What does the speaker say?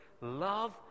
love